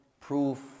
proof